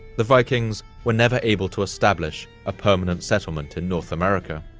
the vikings were never able to establish a permanent settlement in north america.